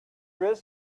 through